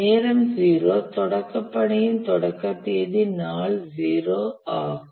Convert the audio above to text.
நேரம் 0 தொடக்க பணியின் தொடக்க தேதி நாள் 0 ஆகும்